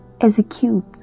Execute